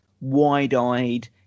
wide-eyed